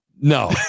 No